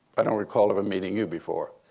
i don't recall ever meeting you before.